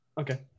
Okay